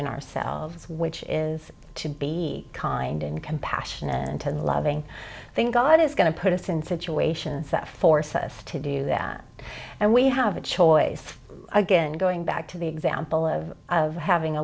in ourselves which is to be kind and compassionate and loving thing god is going to put us in situations that force us to do that and we have a choice again going back to the example of having a